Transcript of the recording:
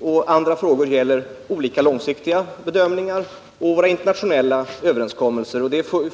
och andra gäller olika långsiktiga bedömningar och våra internationella överenskommelser.